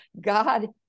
God